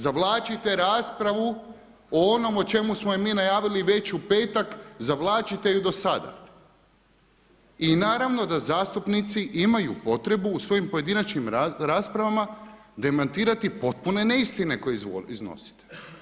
Zavlačite raspravu o onom o čemu smo mi najavili već u petak zavlačite ju do sada i naravno da zastupnici imaju potrebu u svojim pojedinačnim raspravama demantirati potpune neistine koje iznosite.